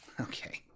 okay